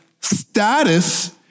status